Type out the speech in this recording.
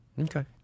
Okay